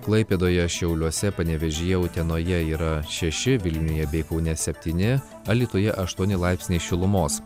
klaipėdoje šiauliuose panevėžyje utenoje yra šeši vilniuje bei kaune septyni alytuje aštuoni laipsniai šilumos